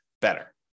better